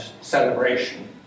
celebration